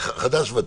חדש ותיק.